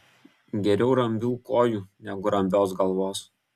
geriau rambių kojų negu rambios galvos